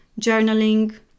Journaling